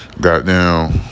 goddamn